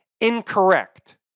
incorrect